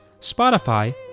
Spotify